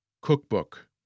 Cookbook